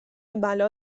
بلا